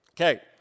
Okay